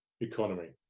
economy